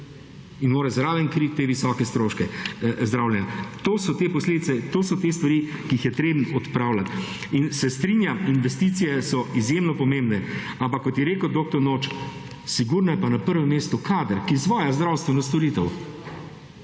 in mora zraven kriti te visoke stroške zdravljenja. To so te posledice in to so te stvari, ki jih je treba odpravljati. In se strinjam, investicije so izjemno pomembne, ampak kot je rekel dr. Noč, sigurno je pa na prvem mestu kader, ki izvaja zdravstveno storitev.